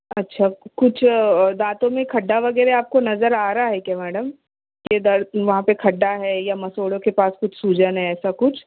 اچھا کچھ دانتوں میں کھڈا وغیرہ آپ کو نظر آ رہا ہے کیا میڈم کہ درد وہاں پہ کھڈا ہے یا مسوڑوں کے پاس سوجن ہے ایسا کچھ